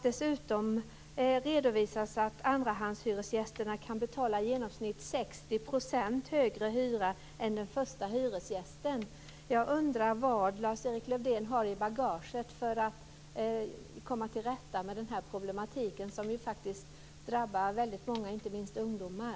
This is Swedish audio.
Dessutom redovisas att andrahandshyresgästerna kan få betala 60 % högre hyra än förstahandshyresgästen. Jag undrar vad Lars-Erik Lövdén har i bagaget för att komma till rätta med denna problematik som faktiskt drabbar väldigt många, inte minst ungdomar.